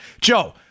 Joe